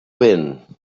vent